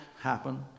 happen